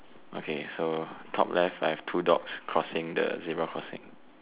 okay so top left I have two dogs crossing the zebra crossing